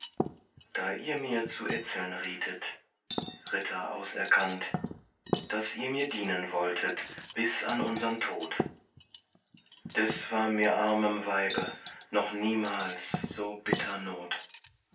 da ihr mir zu etzeln rietet ritter auserkannt daß ihr mir dienen wolltet bis an unsern tod des war mir armem weibe noch niemals so bitter not